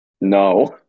No